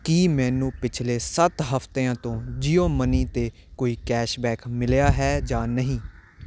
ਕੀ ਮੈਨੂੰ ਪਿਛਲੇ ਸੱਤ ਹਫਤਿਆਂ ਤੋਂ ਜੀਓ ਮਨੀ 'ਤੇ ਕੋਈ ਕੈਸ਼ਬੈਕ ਮਿਲਿਆ ਹੈ ਜਾਂ ਨਹੀਂ